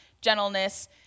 gentleness